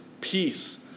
peace